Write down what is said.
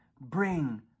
bring